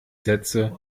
sätze